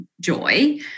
joy